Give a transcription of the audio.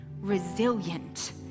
resilient